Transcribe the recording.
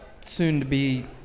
soon-to-be